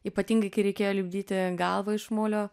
ypatingai kai reikėjo lipdyti galvą iš molio